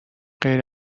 غیر